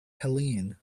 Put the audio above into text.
helene